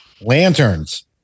Lanterns